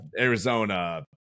Arizona